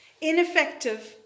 ineffective